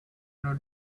not